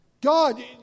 God